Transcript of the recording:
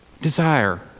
Desire